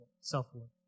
self-worth